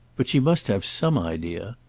but she must have some idea.